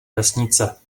vesnice